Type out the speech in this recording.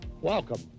welcome